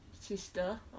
sister